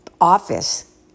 office